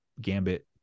gambit